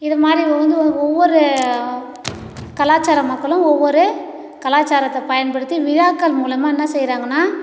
இது மாதிரி ஒவ்வொரு கலாச்சார மக்களும் ஒவ்வொரு கலாச்சாரத்தை பயன்படுத்தி விழாக்கள் மூலமாக என்ன செய்கிறாங்கன்னா